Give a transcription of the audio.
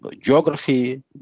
geography